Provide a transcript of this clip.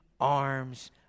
Arms